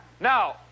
Now